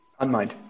Unmind